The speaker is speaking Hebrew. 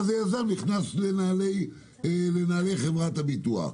ואז היזם נכנס לנעלי חברת הביטוח.